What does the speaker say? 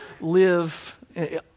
live